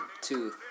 Two